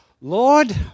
Lord